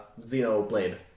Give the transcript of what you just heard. Xenoblade